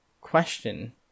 question